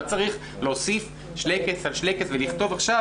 לא צריך להוסיף שלייקעס על שלייקעס ולכתוב עכשיו